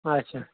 اَچھا